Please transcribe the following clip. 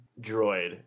droid